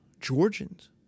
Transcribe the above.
Georgians